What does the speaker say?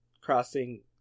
Crossing